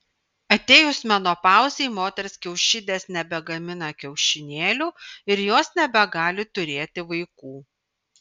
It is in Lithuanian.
atėjus menopauzei moters kiaušidės nebegamina kiaušinėlių ir jos nebegali turėti vaikų